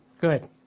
Good